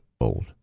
old